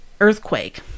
earthquake